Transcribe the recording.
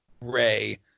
Ray